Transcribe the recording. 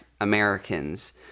Americans